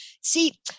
see